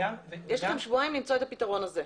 יש לכם שבועיים למצוא את הפתרון הזה.